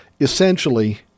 essentially